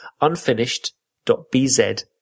unfinished.bz